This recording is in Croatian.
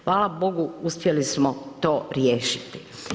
Hvala Bogu uspjeli smo to riješiti.